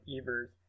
Evers